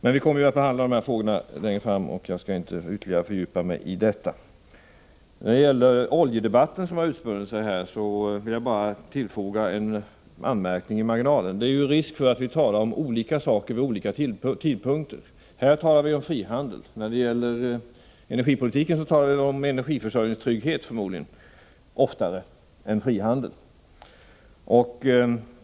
Men vi kommer att behandla dessa frågor längre fram, och jag skall inte nu ytterligare fördjupa mig i detta. När det gäller den oljedebatt som har förts här vill jag bara tillfoga en anmärkning i marginalen. Det är risk för att vi talar om olika saker vid olika tidpunkter. Här talar vi om frihandel. När det gäller energipolitiken talar vi oftare om energiförsörjningstryggheten.